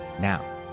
Now